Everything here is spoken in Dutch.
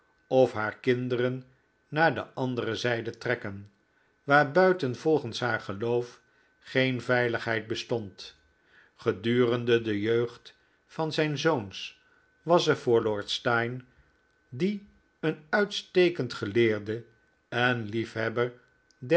of haar kinderen naar de andere zijde trekken waarbuiten volgens haar geloof geen veiligheid bestond gedurende de jeugd van zijn zoons was er voor lord steyne die een uitstekend geieerde en liefhebber